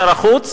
שר החוץ,